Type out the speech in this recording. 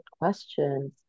question